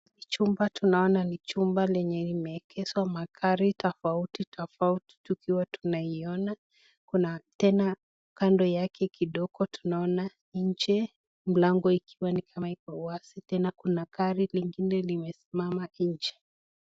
Chumba tunaona ni chumba lenye limeekezwa magari tofauti tofauti tukiwa tunaiona kuna tena kando yake kidogo tunaona nje mlango ikiwa ni kama iko wazi tena kuna gari lingine limesimama nje.